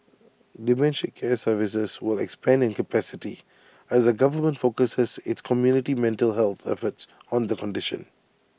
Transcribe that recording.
dementia care services will expand in capacity as the government focuses its community mental health efforts on the condition